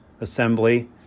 assembly